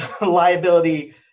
liability